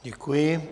Děkuji.